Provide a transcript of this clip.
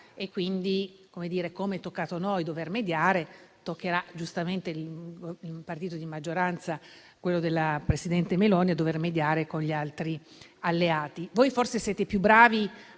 e quindi, com'è toccato a noi dover mediare, toccherà giustamente a un partito di maggioranza come quello della presidente Meloni dover mediare con gli altri alleati. Voi forse siete più bravi